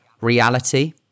reality